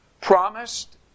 promised